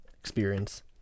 experience